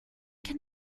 can